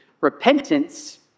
repentance